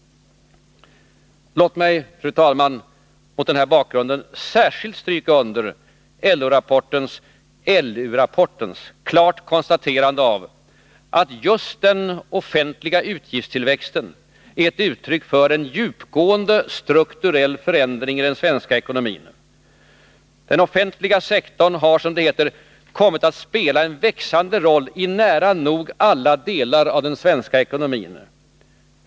Låt mig, fru talman, mot denna bakgrund särskilt stryka under LU rapportens klara konstaterande att just den offentliga utgiftstillväxten är ett uttryck för en djupgående strukturell förändring i den svenska ekonomin. Den offentliga sektorn har, som det heter, ”kommit att spela en växande roll i nära nog alla delar av den svenska ekonomin”.